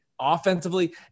offensively